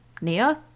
nia